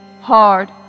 Hard